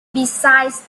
besides